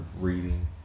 reading